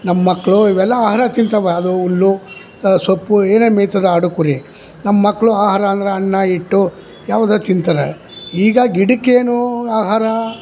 ನಮ್ಮ ಮಕ್ಕಳು ಇವೆಲ್ಲ ಆಹಾರ ತಿಂತಾವ ಅದು ಹುಲ್ಲು ಸೊಪ್ಪು ಏನೇನು ಮೇಯ್ತದ ಆಡು ಕುರಿ ನಮ್ಮ ಮಕ್ಕಳು ಆಹಾರ ಅಂದ್ರೆ ಅನ್ನ ಇಟ್ಟು ಯಾವುದ ತಿಂತಾರ ಈಗ ಗಿಡಕ್ಕೆ ಏನು ಆಹಾರ